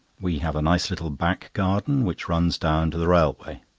we have a nice little back garden which runs down to the railway.